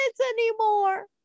anymore